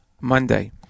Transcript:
Monday